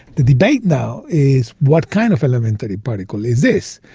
the debate now is what kind of elementary particle is this.